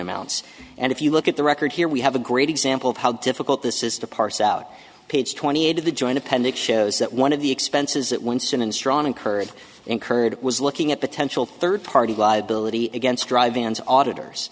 amounts and if you look at the record here we have a great example of how difficult this is to parse out page twenty eight of the joint appendix shows that one of the expenses that winston and strawn incurred incurred was looking at potential third party liability against dr van's auditor